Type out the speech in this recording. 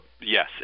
yes